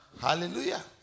Hallelujah